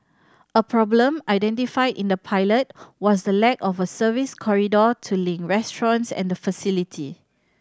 a problem identified in the pilot was the lack of a service corridor to link restaurants and the facility